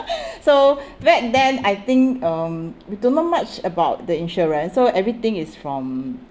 so back then I think um we don't know much about the insurance so everything is from